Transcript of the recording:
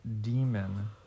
demon